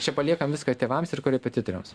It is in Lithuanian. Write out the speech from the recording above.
čia paliekam viską tėvams ir korepetitoriams